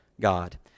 God